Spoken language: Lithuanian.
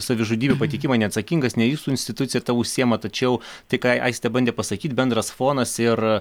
savižudybių pateikimą neatsakingas ne jūsų institucija tuo užsiima tačiau tai ką aistė bandė pasakyt bendras fonas ir